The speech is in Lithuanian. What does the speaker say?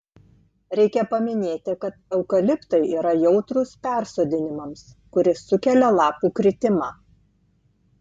reikia paminėti kad eukaliptai yra jautrūs persodinimams kuris sukelia lapų kritimą